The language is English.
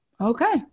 okay